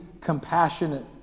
compassionate